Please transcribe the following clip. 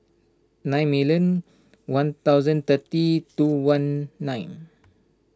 nine million one thousand thirty two one nine